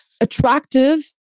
attractive